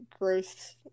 growth